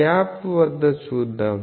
gap వద్ద చూద్దాం